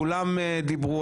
כולם דיברו.